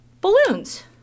balloons